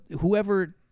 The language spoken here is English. whoever